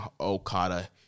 Okada